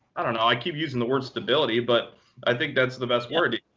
i don't know. i keep using the word stability, but i think that's the best word.